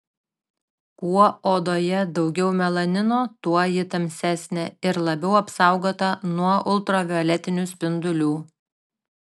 kuo odoje daugiau melanino tuo ji tamsesnė ir labiau apsaugota nuo ultravioletinių spindulių